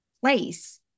place